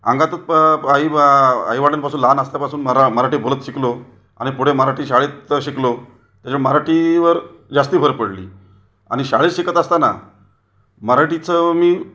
अंगात आई आईवडिलांपासून लहान असल्यापासून मरा मराठी बोलत शिकलो आणि पुढं मराठी शाळेत शिकलो त्याच्या मराठीवर जास्त भर पडली आणि शाळेत शिकत असताना मराठीचं मी